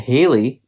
Haley